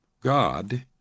God